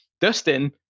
Dustin